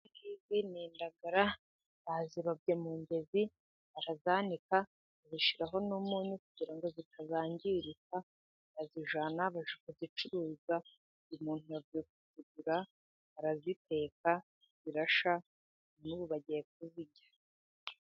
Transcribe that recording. Izi ng'izi ni indagara bazirobye mu mugezi, barazanika bazishyiraho n'umunyu kugira ngo zitazangirika, bazijyana kuzicuruza. Umuntu avuye kuzigura, araziteka, zirashya n'ubu bagiye kuzirya.